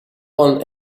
want